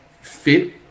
fit